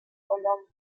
colón